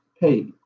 pay